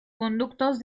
conductos